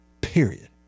Period